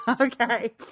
Okay